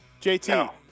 JT